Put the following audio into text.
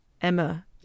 Emma